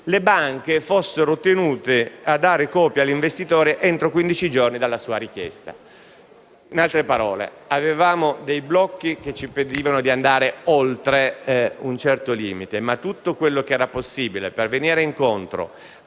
le banche fossero tenute a dare copia all'investitore entro quindici giorni dalla sua richiesta. In altre parole, avevamo dei blocchi che ci impedivano di andare oltre un certo limite, ma tutto quello che era possibile fare per venire incontro